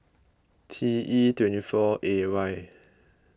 T E twenty four A Y